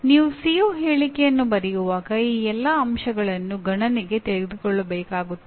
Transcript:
ನೀವು ಸಿಒ ಹೇಳಿಕೆಯನ್ನು ಬರೆಯುವಾಗ ಈ ಎಲ್ಲ ಅಂಶಗಳನ್ನು ಗಣನೆಗೆ ತೆಗೆದುಕೊಳ್ಳಬೇಕಾಗುತ್ತದೆ